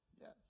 Yes